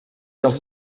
els